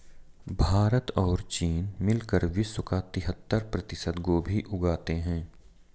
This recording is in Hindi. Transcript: भारत और चीन मिलकर विश्व का तिहत्तर प्रतिशत गोभी उगाते हैं